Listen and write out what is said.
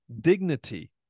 dignity